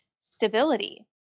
stability